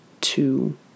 two